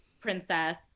princess